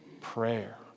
prayer